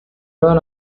run